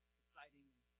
exciting